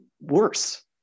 worse